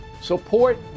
support